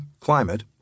climate